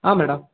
ಹಾಂ ಮೇಡಮ್